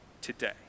today